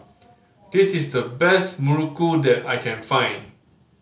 this is the best muruku that I can find